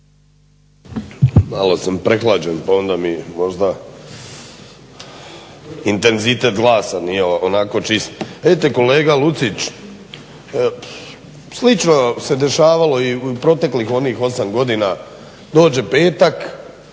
Malo sam prehlađen pa onda mi možda intenzitet nije onako čist. Vidite kolega Lucić slično se dešavalo i u proteklih onih osam godina. Dođe petak,